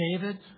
David